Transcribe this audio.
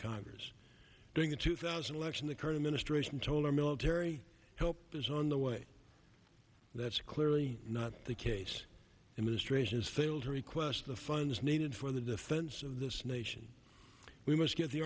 congress during the two thousand election the current administration told our military help is on the way that's clearly not the case and ministrations failed to request the funds needed for the defense of this nation we must get the